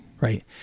Right